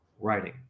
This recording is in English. writing